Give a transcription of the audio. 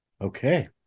Okay